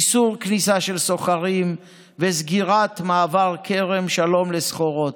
איסור כניסה של סוחרים וסגירת מעבר כרם שלום לסחורות.